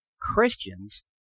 Christians